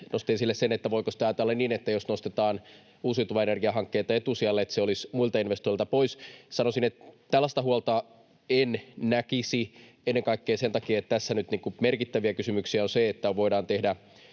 nosti esille sen, voiko sitä ajatella niin, että jos nostetaan uusiutuvan energian hankkeita etusijalle, niin se olisi muilta investoineilta pois. Sanoisin, että tällaista huolta en näkisi, ennen kaikkea sen takia, että tässä nyt merkittäviä kysymyksiä on se, että voidaan tehdä